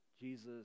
Jesus